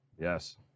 yes